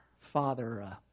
Father